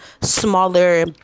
smaller